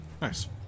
nice